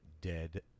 Dead